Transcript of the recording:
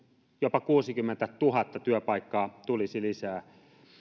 jopa kuusikymmentätuhatta työpaikkaa tulisi lisää